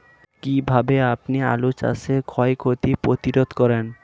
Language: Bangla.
কীভাবে আপনি আলু চাষের ক্ষয় ক্ষতি প্রতিরোধ করেন?